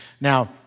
Now